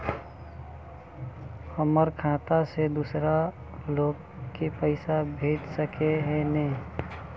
हमर खाता से दूसरा लोग के पैसा भेज सके है ने?